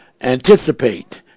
anticipate